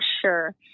sure